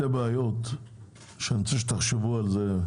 בעיות שאני מבקש שתחשבו עליהן.